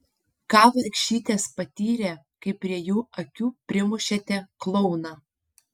ką vargšytės patyrė kai prie jų akių primušėte klouną